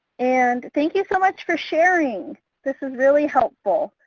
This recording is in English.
and thank you so much for sharing this is really helpful,